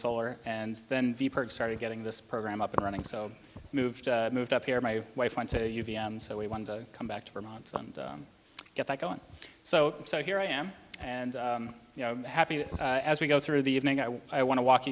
solar and then started getting this program up and running so moved moved up here my wife went to uva and so we wanted to come back to vermont and get back on so so here i am and you know happy that as we go through the evening i want to walk